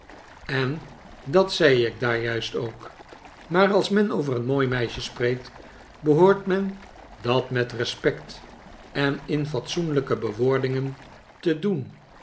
en dat zei ik daar juist ook maar als men over een mooi meisje spreekt behoort men dat met respect en in fatsoenlijke bewoordingen te doen